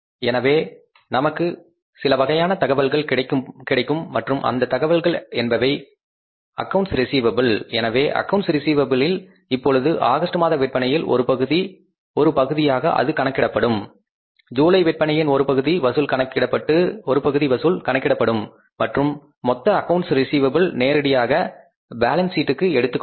எனவே நமக்கு சிலவகையான தகவல்கள் கிடைக்கும் மற்றும் அந்த தகவல்கள் என்பவை அக்கவுண்ட்ஸ் ரிஸீவபிளில் எனவே அக்கவுண்ட்ஸ் ரிஸீவபிளில் இப்பொழுது ஆகஸ்ட் மாத விற்பனையில் ஒரு பகுதியாக அது கணக்கிடப்படும் ஜூலை விற்பனையின் ஒருபகுதி வசூல் கணக்கிடப்படும் மற்றும் மொத்த அக்கவுண்ட்ஸ் ரிஸீவபிளில் நேரடியாக பாலன்ஸ் சீட் எடுத்துக்கொள்ளப்படும்